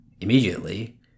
immediately